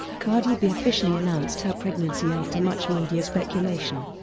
cardi b officially announced her pregnancy after much media speculation.